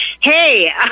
Hey